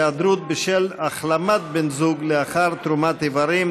היעדרות בשל החלמת בן זוג לאחר תרומת איברים),